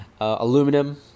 aluminum